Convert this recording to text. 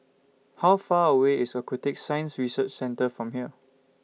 How Far away IS Aquatic Science Research Centre from here